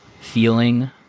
feeling